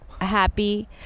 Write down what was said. happy